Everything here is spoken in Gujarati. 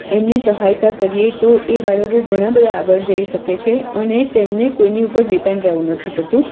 એમની સહાયતા કરીએ તો એ બાળકો ઘણાબધા આગળ જઈ શકે છે અને તેમની કોઈની ઉપર ડિપેન્ડ રહેવું નથી પડતું